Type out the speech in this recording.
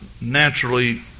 naturally